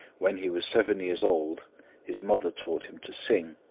when he was seven years old his mother taught him to sing,